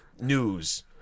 news